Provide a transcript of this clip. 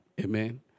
Amen